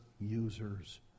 users